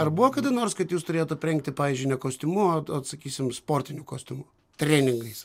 ar buvo kada nors kad jūs turėjot aprengti pavyzdžiui ne kostiumu o vat sakysim sportiniu kostiumu treningais